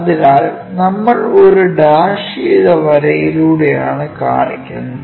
അതിനാൽ നമ്മൾ ഒരു ഡാഷ് ചെയ്ത വരയിലൂടെയാണ് കാണിക്കുന്നത്